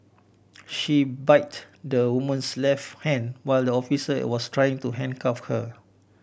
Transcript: she bit the woman's left hand while the officer it was trying to handcuff her